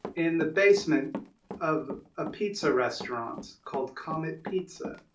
in the basement of a pizza restaurant called comet pizza.